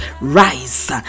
rise